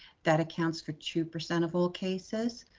that accounts for two percent of all cases,